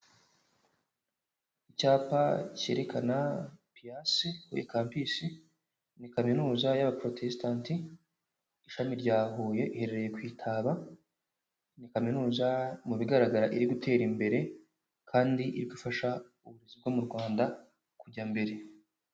Icyapa cyerekana piyasi y'iyi campisi, Ni kaminuza y'abaporotesitanti, ishami rya Huye iherereye ku i Taba. Ni kaminuza mu bigaragara iri gutera imbere, kandi irigufasha uburezi bwo mu Rwanda, kujya mbere.